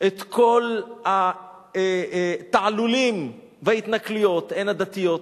את כל התעלולים וההתנכלויות, הן הדתיות,